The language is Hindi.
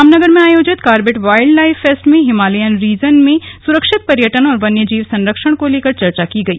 रामनगर में आयोजित कॉर्बेट वाइल्ड लाइफ फेस्ट में हिमालयन रीजन में सुरक्षित पर्यटन और वन्यजीव संरक्षण को लेकर चर्चा की गई